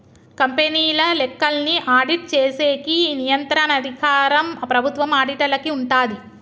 కంపెనీల లెక్కల్ని ఆడిట్ చేసేకి నియంత్రణ అధికారం ప్రభుత్వం ఆడిటర్లకి ఉంటాది